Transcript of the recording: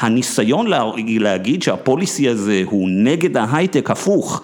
הניסיון להגיד שהפוליסי הזה הוא נגד ההייטק הפוך